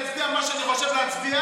אני אצביע מה שאני חושב להצביע.